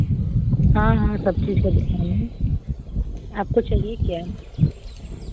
हाँ हाँ सब चीज़ का दुकान है आपको चाहिए क्या है